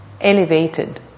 elevated